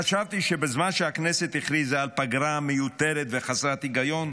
חשבתי שבזמן שהכנסת הכריזה על הפגרה המיותרת וחסרת ההיגיון,